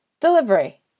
Delivery